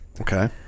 Okay